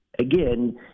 Again